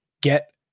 get